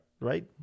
Right